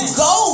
go